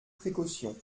précautions